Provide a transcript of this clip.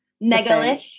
megalith